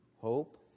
Hope